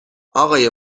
آقای